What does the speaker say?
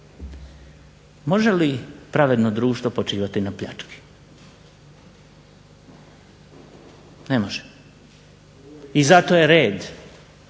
Može li pravedno društvo počivati na pljački, ne može i zato je red